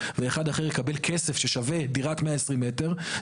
ואחד אחר יקבל כסף ששווה דירת 120 מ"ר.